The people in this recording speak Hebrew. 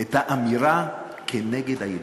את האמירה נגד הילודה.